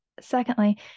Secondly